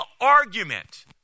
argument